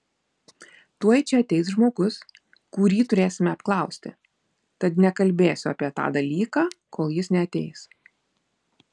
tuoj čia ateis žmogus kurį turėsime apklausti tad nekalbėsiu apie tą dalyką kol jis neateis